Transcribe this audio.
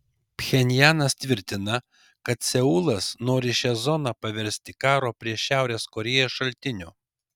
pchenjanas tvirtina kad seulas nori šią zoną paversti karo prieš šiaurės korėją šaltiniu